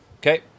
Okay